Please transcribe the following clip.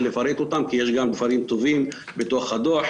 לפרט אותן כי יש גם דברים טובים בתוך הדו"ח.